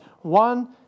One